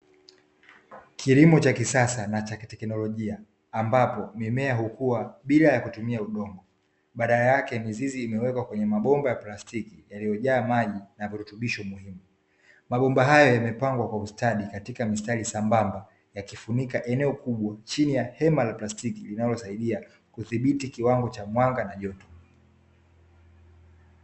Kilimo cha kisasa na cha kiteknolojia ambapo mimea hukua bila ya kutumia udongo badala yake mizizi imewekwa kwenye mabomba ya plastiki yaliyojaa maji na virutubisho muhimu, mabomba haya yamepangwa kwa ustadi katika mistari sambamba yakifunika eneo kubwa chini ya hema la plastiki linalosidia kudhibiti kiwango cha mwanga na joto.